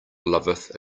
loveth